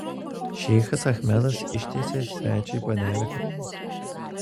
šeichas achmedas ištiesia svečiui puodelį kavos